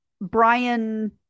Brian